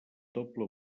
doble